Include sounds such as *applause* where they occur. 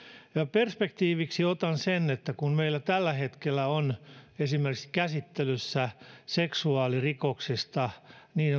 perspektiiviksi otan sen että kun meillä tällä hetkellä on *unintelligible* käsittelyssä esimerkiksi seksuaalirikosten